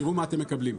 תראו מה אתם מקבלים.